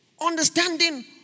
understanding